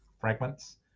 fragments